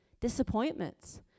disappointments